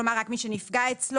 כלומר רק מי שנפגע אצלו.